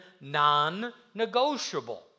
non-negotiable